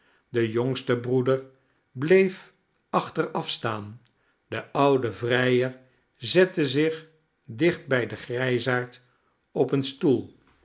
de jongste broeder bleef achterafstaan de oude vrijer zette zich dicht bij den grijsaard op een stoel